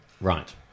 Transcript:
Right